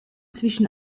zwischen